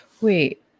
Wait